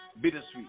bittersweet